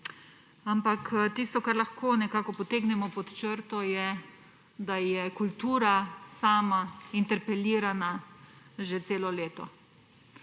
Ampak tisto, kar lahko nekako potegnemo pod črto, je to, da je kultura sama interpelirana že celo leto.